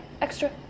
extra